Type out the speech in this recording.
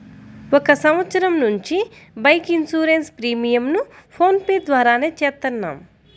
ఒక సంవత్సరం నుంచి బైక్ ఇన్సూరెన్స్ ప్రీమియంను ఫోన్ పే ద్వారానే చేత్తన్నాం